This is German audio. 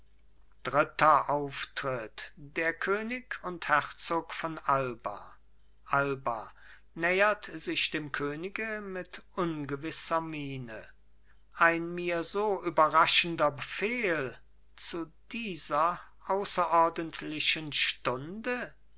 dritter auftritt der könig und herzog von alba alba nähert sich dem könig mit ungewisser miene ein mir so überraschender befehl zu dieser außerordentlichen stunde